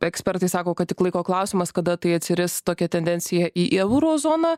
ekspertai sako kad tik laiko klausimas kada tai atsiris tokia tendencija į euro zoną